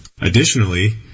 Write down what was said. Additionally